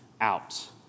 out